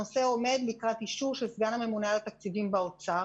הנושא עומד לקראת אישור של סגן הממונה על התקציבים באוצר